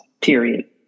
period